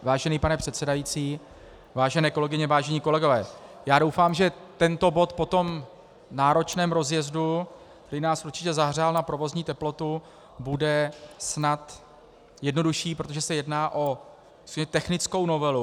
Vážený pane předsedající, vážené kolegyně, vážení kolegové, já doufám, že tento bod po tom náročném rozjezdu, který nás určitě zahřál na provozní teplotu, bude snad jednodušší, protože se jedná o technickou novelu.